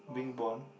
being born